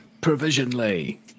Provisionally